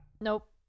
Nope